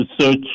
search